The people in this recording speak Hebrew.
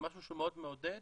משהו שמאוד מאוד מעודד,